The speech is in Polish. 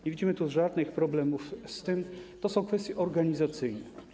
Nie widzimy tu żadnych problemów, to są kwestie organizacyjne.